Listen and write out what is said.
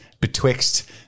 betwixt